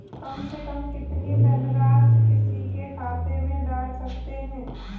कम से कम कितनी धनराशि किसी के खाते में डाल सकते हैं?